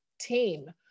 team